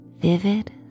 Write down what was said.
vivid